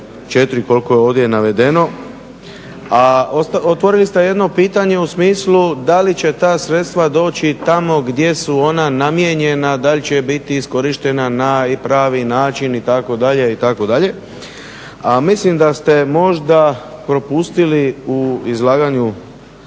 na 34 koliko je ovdje navedeno. A otvorili ste jedno pitanje u smislu da li će ta sredstva doći tamo gdje su ona namijenjena, da li će biti iskorištena na pravi način itd., itd., A mislim da ste možda propustili u izlaganju